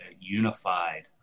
unified